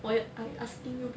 wh~ I asking you back